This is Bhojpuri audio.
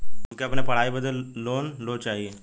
हमके अपने पढ़ाई बदे लोन लो चाही?